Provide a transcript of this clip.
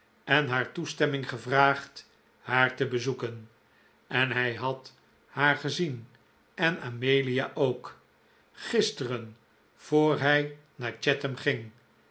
en haar toestemming gevraagd haar te bezoeken en hij had haar gezien en amelia ook gisteren voor hij naar chatham ging